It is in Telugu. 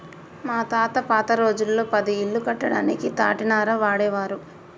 మా తాత పాత రోజుల్లో పది ఇల్లు కట్టడానికి తాటినార వాడేవారు